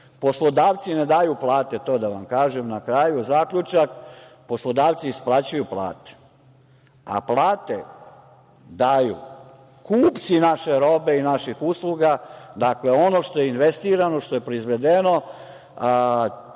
poteza. Poslodavci ne daju plate, to da vam kažem, zaključak. Poslodavci isplaćuju plate, a plate daju kupci naše robe i naših usluga, dakle, ono što je investirano, što je proizvedeno.